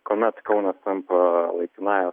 kuomet kaunas tampa laikinąja